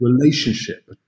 relationship